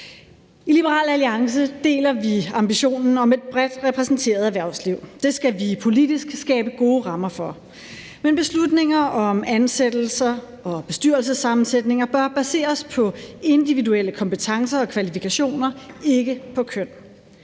I Liberal Alliance deler vi ambitionen om et bredt repræsenteret erhvervsliv. Det skal vi politisk skabe gode rammer for, men beslutninger om ansættelser og bestyrelsessammensætninger bør baseres på individuelle kompetencer og kvalifikationer, ikke på køn.